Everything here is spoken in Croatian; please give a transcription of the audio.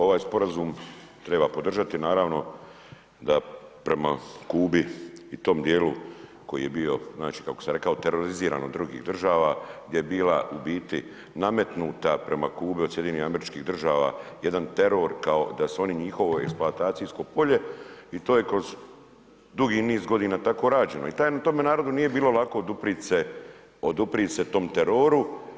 Ovaj sporazum treba podržati naravno da prema Kubi i tom dijelu koji je bio znači kako sam rekao teroriziran od drugih država, gdje je bila u biti nametnuta prema Kubi od SAD-a jedan teror kao da su oni njihovo eksploatacijsko polje i to je kroz dugi niz godina tako rađeno i tome narodu nije bilo lako oduprijeti se tom teroru.